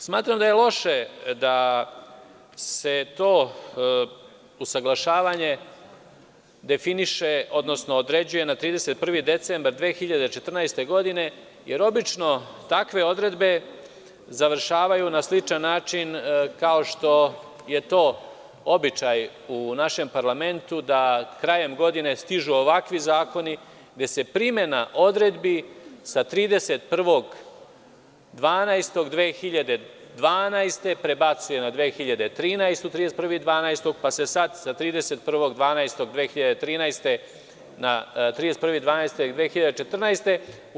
Smatram da je loše da se to usaglašavanje definiše, odnosno određuje na 31. decembar 2014. godine, jer obično takve odredbe završavaju na sličan način, kao što je to običaj u našem parlamentu, da krajem godine stižu ovakvi zakoni gde se primena odredbi sa 31.12.2012. godine prebacuje na 31.12.2013, pa se sada sa 31.12.2013. godine ne prebacuje na 31.12.2014. godinu.